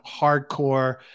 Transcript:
hardcore